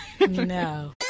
No